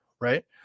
right